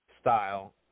style